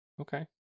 Okay